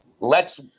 lets